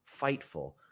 Fightful